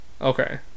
Okay